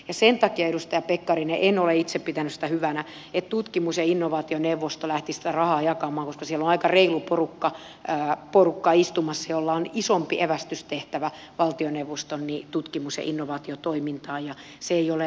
sen takia edustaja pekkarinen en ole itse pitänyt sitä hyvänä että tutkimus ja innovaationeuvosto lähtisi sitä rahaa jakamaan koska siellä on aika reilu porukka istumassa jolla on isompi evästystehtävä valtioneuvoston tutkimus ja innovaatiotoimintaan ja se ei ole rahanjakokone